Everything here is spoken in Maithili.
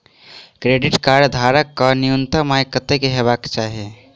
क्रेडिट कार्ड धारक कऽ न्यूनतम आय कत्तेक हेबाक चाहि?